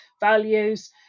values